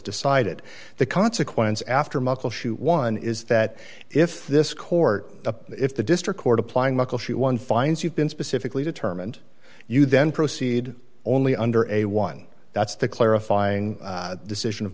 decided the consequence after muckleshoot one is that if this court if the district court applying muckleshoot one finds you've been specifically determined you then proceed only under a one that's the clarifying decision of